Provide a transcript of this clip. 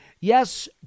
Yes